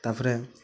ତାପରେ